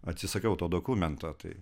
atsisakiau to dokumento tai